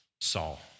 Saul